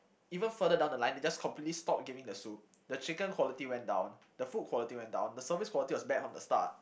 even further down the line they just completely stopped giving the soup the chicken quality went down the food quality went down the service quality was bad from the start